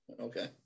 Okay